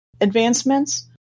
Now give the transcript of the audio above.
advancements